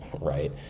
right